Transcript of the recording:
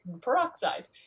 peroxide